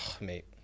mate